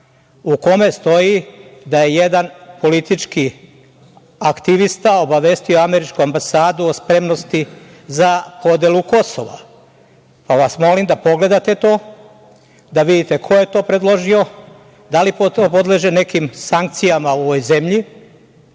u kome stoji da je jedan politički aktivista obavestio američku ambasadu o spremnosti za podelu Kosova. Pa vas molim da pogledate to, da vidite ko je to predložio, da li podleže nikim sankcijama u ovoj zemlji,